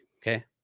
Okay